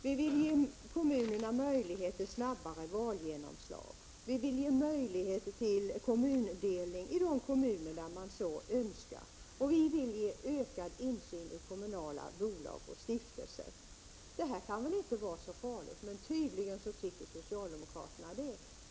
Vi vill ge kommunerna möjlighet till snabbare valgenomslag. Vi vill ge möjlighet till kommundelning i de kommuner som så önskar, och vill ge ökad insyn i kommunala bolag och stiftelser. Det kan väl inte vara så farligt? Tydligen tycker socialdemokraterna det.